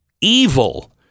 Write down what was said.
evil